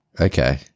Okay